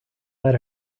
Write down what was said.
let